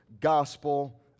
gospel